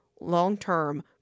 long-term